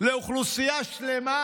לאוכלוסייה שלמה,